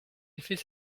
effet